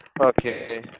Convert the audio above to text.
Okay